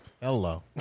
Hello